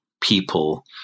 people